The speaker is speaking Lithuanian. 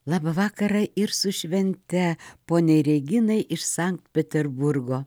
labą vakarą ir su švente poniai reginai iš sankt peterburgo